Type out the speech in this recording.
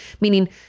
meaning